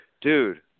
dude